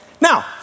Now